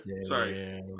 sorry